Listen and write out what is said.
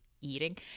eating